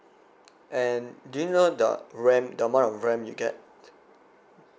and do you know the RAM the amount of RAM you get